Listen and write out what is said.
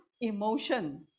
emotion